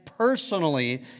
Personally